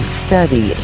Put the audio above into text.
study